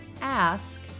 ask